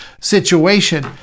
situation